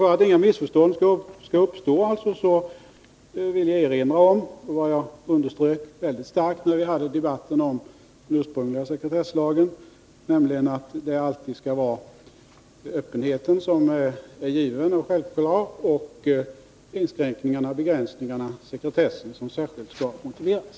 För att inga missförstånd skall uppstå vill jag erinra om vad jag underströk mycket starkt, när vi förde debatten om den ursprungliga sekretesslagen, nämligen att det är öppenheten som alltid skall vara given och självklar, medan inskränkningarna, begränsningarna och sekretessen särskilt skall motiveras.